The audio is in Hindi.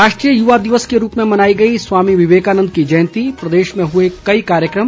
राष्ट्रीय युवा दिवस के रूप में मनाई गई स्वामी विवेकानन्द की जयंती प्रदेश में हुए कई कार्यक्रम